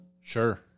Sure